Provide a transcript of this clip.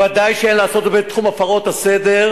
ודאי שאין לעשות את זה בתחום הפרות הסדר,